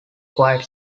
quite